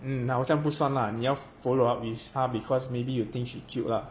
嗯好像不算啦你要 follow up with 她 because maybe you think she cute lah